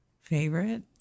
favorite